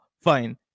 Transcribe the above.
Fine